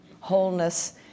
wholeness